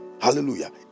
Hallelujah